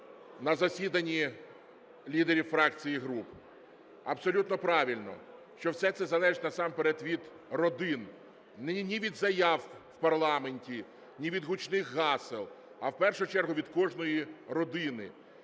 на засіданні лідерів фракцій і груп. Абсолютно правильно, що все це залежить насамперед від родин. Ні від заяв в парламенті, ні від гучних гасел, а в першу чергу від кожної родини.